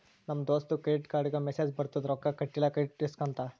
ನಮ್ ದೋಸ್ತಗ್ ಕ್ರೆಡಿಟ್ ಕಾರ್ಡ್ಗ ಮೆಸ್ಸೇಜ್ ಬರ್ತುದ್ ರೊಕ್ಕಾ ಕಟಿಲ್ಲ ಕ್ರೆಡಿಟ್ ರಿಸ್ಕ್ ಅಂತ್